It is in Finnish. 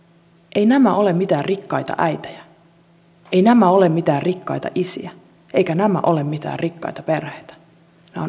eivät nämä ole mitään rikkaita äitejä eivät nämä ole mitään rikkaita isiä eivätkä nämä ole mitään rikkaita perheitä nämä